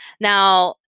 Now